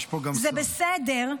זה בסדר,